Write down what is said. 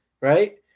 right